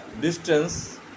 distance